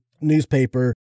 newspaper